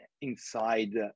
inside